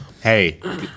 Hey